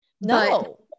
No